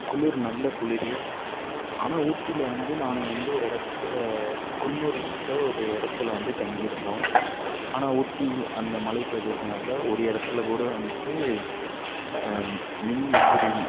குளிரு நல்ல குளிர் ஆனால் ஊட்டியில் வந்து நாங்கள் வந்து ஒரு இடத்துல குன்னூருகிட்டே ஒரு இடத்துல வந்து தங்கியிருந்தோம் ஆனால் ஊட்டி அந்த மலைப்பிரதேசங்களில் ஒரு இடத்துலக்கூட வந்து மின் விசிறி